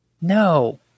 No